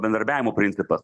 bendravimo principas